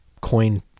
coin